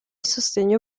sostegno